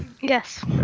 Yes